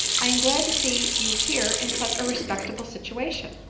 i am glad to see you here in such a respectable situation.